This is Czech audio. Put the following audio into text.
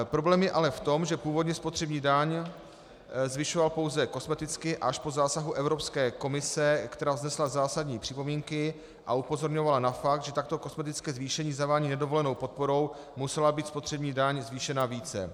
Problém je ale v tom, že původní spotřební daň zvyšoval pouze kosmeticky a až po zásahu Evropské komise, která vznesla zásadní připomínky a upozorňovala na fakt, že takto kosmetické zvýšení zavání nedovolenou podporou, musela být spotřební daň zvýšena více.